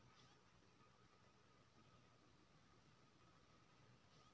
सामाजिक क्षेत्र में की सब योजना हमरा सब के लेल छै?